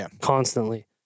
constantly